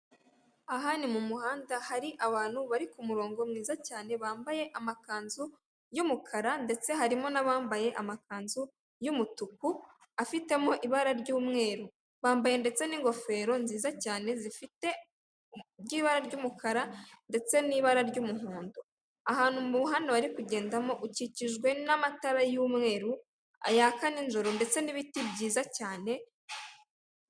Aha ni mumuhanda hari abantu bari kumurongo mwiza cyane, bambaye amakanzu y'umukara ndetse harimo abambaye amakanzu y'umutuku afitemo ibara ry'umweru, bambaye ndetse n'ingofero nziza cyane zifite ibara ry'umukara , ndetse n'ibara ry'umuhondo, umuhanda bari kugendamo ukikijwe n'amatara y'umweru, yaka nijoro ndetse n'ibiti byiza cyane.